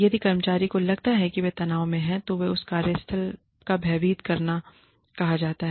यदि कर्मचारियों को लगता है कि वे तनाव में हैं और इसे कार्यस्थल का भयभीत करना कहा जाता है